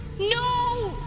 no!